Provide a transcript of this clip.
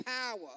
power